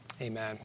Amen